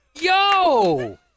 Yo